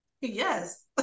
Yes